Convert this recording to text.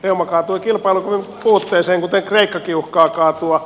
reuma kaatui kilpailukyvyn puutteeseen kuten kreikkakin uhkaa kaatua